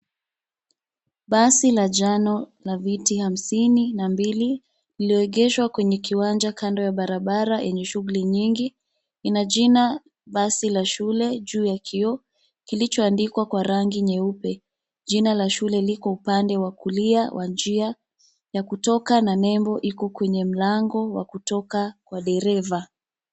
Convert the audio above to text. Basi la jano la viti hamsini na mbili lililogeshwa kwenye kiwanja kando ya barabara yenye shughuli nyingi. Ina jina basi la shule juu ya kioo, kilichoandikwa kwa rangi nyeupe. Jina la shule liko upande wa kulia wa njia ya kutoka na nembo iko kwenye mlango wa kutoka kwa dereva.